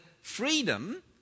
freedom